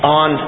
on